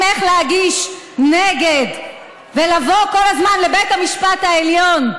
איך להגיש נגד ולבוא כל הזמן לבית המשפט העליון.